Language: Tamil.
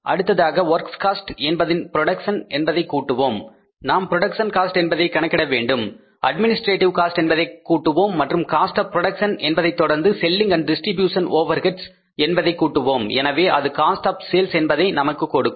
அடுத்ததாக வொர்க்ஸ் காஸ்ட் என்பதில் புரோடக்சன் என்பதை கூட்டுவோம் நாம் புரோடக்சன் காஸ்ட் என்பதை கணக்கிட வேண்டும் அட்மினிஸ்ட்ரேட்டிவ் காஸ்ட் என்பதை கூட்டுவோம் மற்றும் காஸ்ட் ஆப் புரோடக்சன் என்பதை தொடர்ந்து selling and distribution overheads Selling Distribution overheads என்பதை கூட்டுவோம் எனவே அது காஸ்ட் ஆப் செல்ஸ் என்பதை நமக்கு கொடுக்கும்